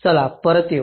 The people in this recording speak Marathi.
चला परत येऊ